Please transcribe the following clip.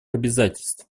обязательств